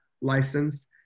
licensed